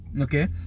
Okay